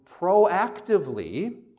proactively